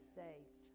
safe